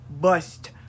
bust